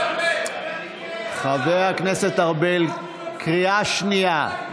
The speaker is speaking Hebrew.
למה, חבר הכנסת ארבל, קריאה שנייה.